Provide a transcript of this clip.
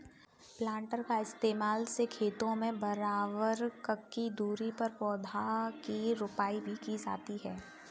planter का इस्तेमाल से खेतों में बराबर ककी दूरी पर पौधा की रोपाई भी की जाती है